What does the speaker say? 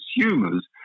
consumers